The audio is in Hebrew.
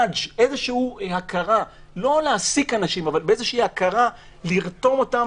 לא להעסיק אנשים אבל באיזו הכרה לרתום אותם